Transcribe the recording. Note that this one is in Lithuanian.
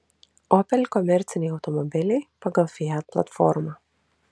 opel komerciniai automobiliai pagal fiat platformą